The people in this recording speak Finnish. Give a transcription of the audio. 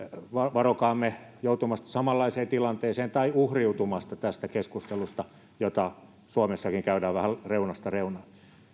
varokaamme joutumasta samanlaiseen tilanteeseen tai uhriutumasta tästä keskustelusta jota suomessakin käydään vähän reunasta reunaan